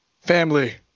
family